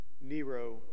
Nero